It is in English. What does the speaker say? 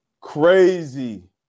crazy